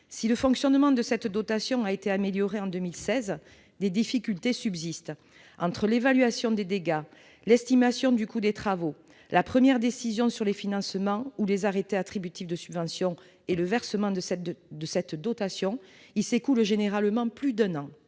Si le fonctionnement de ce dispositif a été amélioré en 2016, des difficultés subsistent. Entre l'évaluation des dégâts, l'estimation du coût des travaux, la première décision sur les financements ou les arrêtés attributifs de subventions et le versement de cette dotation, il s'écoule généralement plus d'un an.